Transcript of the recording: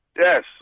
yes